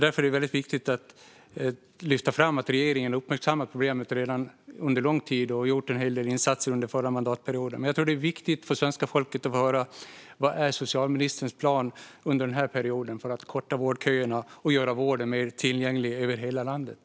Därför är det viktigt att lyfta fram att regeringen redan har uppmärksammat problemet och att regeringen gjorde en hel del insatser under förra mandatperioden. Jag tror att det är viktigt för svenska folket att få höra socialministerns plan för att korta vårdköerna under den här perioden och för att göra vården mer tillgänglig över hela landet.